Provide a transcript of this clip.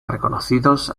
reconocidos